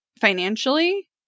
financially